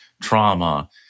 trauma